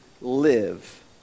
live